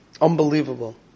unbelievable